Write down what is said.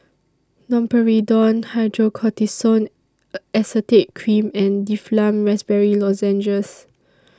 Domperidone Hydrocortisone Acetate Cream and Difflam Raspberry Lozenges